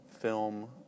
film